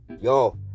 Yo